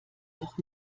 doch